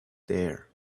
there